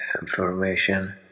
information